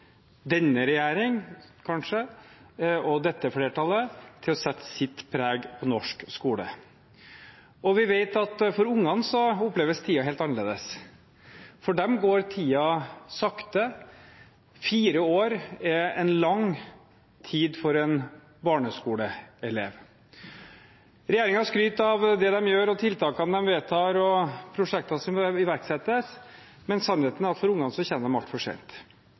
denne regjering og dette flertallet til å sette sitt preg på norsk skole. Vi vet at for ungene oppleves tiden helt annerledes. For dem går tiden sakte. Fire år er lang tid for en barneskoleelev. Regjeringen skryter av det de gjør, tiltakene de vedtar, og prosjektene som iverksettes, men sannheten er at for ungene